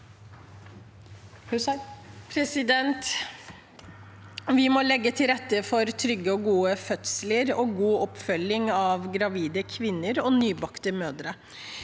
Vi må legge til ret- te for trygge og gode fødsler og god oppfølging av gravide kvinner og nybakte mødre.